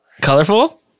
Colorful